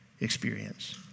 experience